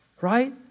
right